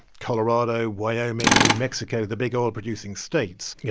colorado, wyoming, new mexico the big oil-producing states. you